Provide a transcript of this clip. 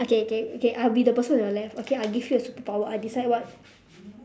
okay okay okay I will be the person on your left okay I give you a superpower I decide what